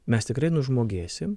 mes tikrai nužmogėsim